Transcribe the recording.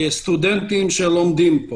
סטודנטים שלומדים פה